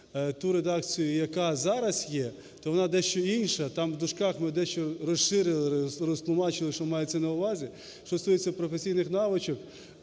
ту редакцію, яка зараз є, то вона дещо інша. Там в дужках ми дещо розширили, розтлумачили, що мається на увазі. Що стосується професійних навичок,